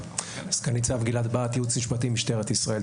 סנ"צ גלעד בהט, ייעוץ משפטי, משטרת ישראל.